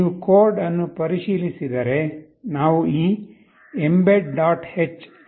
ನೀವು ಕೋಡ್ ಅನ್ನು ಪರಿಶೀಲಿಸಿದರೆ ನಾವು ಈ mbed